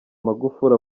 magufuli